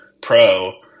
pro